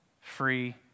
free